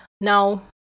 now